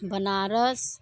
Banaras